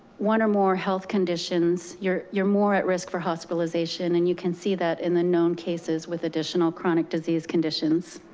one or more health conditions, you're you're more at risk for hospitalization, and you can see that in the known cases with additional chronic disease conditions.